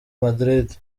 madrid